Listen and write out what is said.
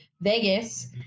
Vegas